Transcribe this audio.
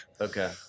Okay